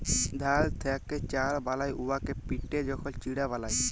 ধাল থ্যাকে চাল বালায় উয়াকে পিটে যখল চিড়া বালায়